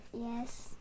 Yes